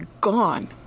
gone